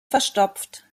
verstopft